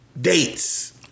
dates